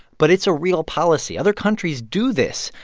but it's a real policy. other countries do this.